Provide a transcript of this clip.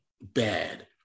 bad